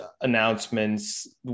announcements